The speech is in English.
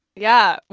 yeah,